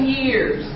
years